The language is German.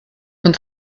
und